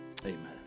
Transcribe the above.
Amen